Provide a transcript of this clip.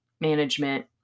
management